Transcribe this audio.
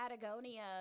Patagonia